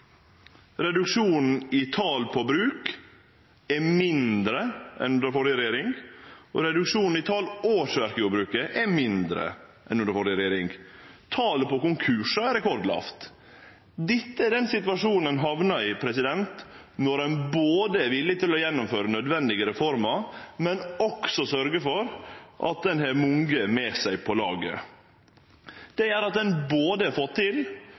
Reduksjonen i talet på bruk er mindre enn under den førre regjeringa, og reduksjonen i talet på årsverk i jordbruket er mindre enn under den førre regjeringa. Talet på konkursar er rekordlågt. Dette er den situasjonen ein hamnar i når ein er villig til både å gjennomføre nødvendige reformer, og å sørgje for at ein har mange med seg på laget. Det gjer at ein har fått til